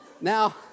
Now